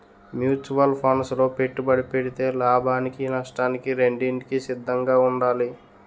mutual funds లో పెట్టుబడి పెడితే లాభానికి నష్టానికి రెండింటికి సిద్ధంగా ఉండాలి